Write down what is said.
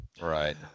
Right